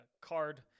card